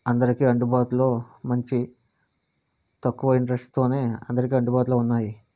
అందరికి అందుబాటులో మంచి తక్కువ ఇంటరెస్ట్తో అందరికి అందుబాటులో ఉన్నాయి